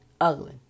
ugly